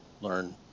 learn